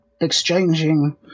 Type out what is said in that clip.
exchanging